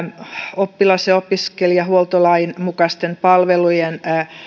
oppilas ja opiskelijahuoltolain mukaisten palvelujen